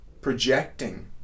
projecting